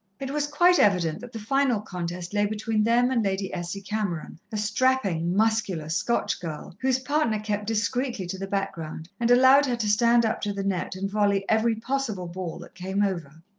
it was quite evident that the final contest lay between them and lady essie cameron, a strapping, muscular scotch girl, whose partner kept discreetly to the background, and allowed her to stand up to the net and volley every possible ball that came over.